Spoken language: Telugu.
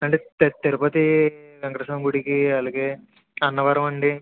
అంటే తి తిరుపతి వెంకటేశ్వర స్వామి గుడికి అలాగే అన్నవరం అండి